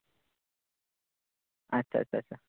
ᱟᱪᱪᱷᱟ ᱟᱪᱪᱷᱟ ᱟᱪᱪᱷᱟ